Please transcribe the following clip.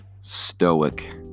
stoic